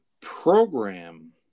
program